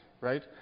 right